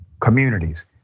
communities